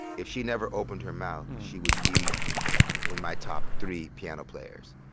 if she never opened her mouth, she would be in my top three piano players.